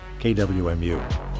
KWMU